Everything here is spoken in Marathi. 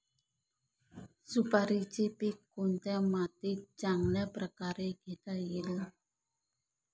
सुपारीचे पीक कोणत्या मातीत चांगल्या प्रकारे घेता येईल?